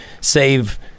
save